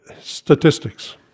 statistics